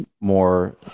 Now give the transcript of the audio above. more